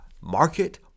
market